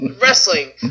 wrestling